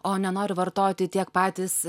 o nenori vartoti tiek patys